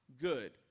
good